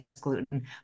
gluten